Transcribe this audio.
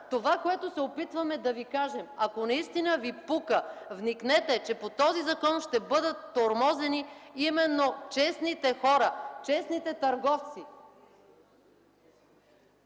това е, което се опитваме да кажем, ако наистина Ви пука! Вникнете в това, че по този закон ще бъдат тормозени именно честните хора, честните търговци!